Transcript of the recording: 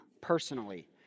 personally